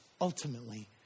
ultimately